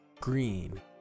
green